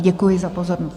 Děkuji za pozornost.